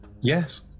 Yes